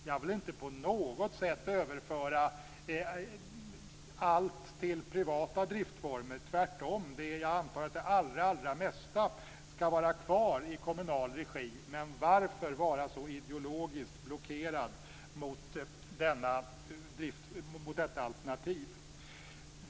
Jag vill inte på något sätt överföra allt till privata driftsformer - tvärtom. Jag antar att det allra mesta skall vara kvar i kommunal regi. Men varför vara så ideologiskt blockerad mot detta alternativ?